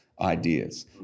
ideas